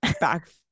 back